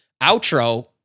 outro